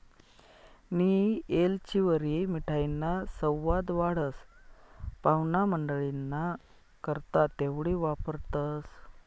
नियी येलचीवरी मिठाईना सवाद वाढस, पाव्हणामंडईना करता तेवढी वापरतंस